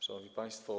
Szanowni Państwo!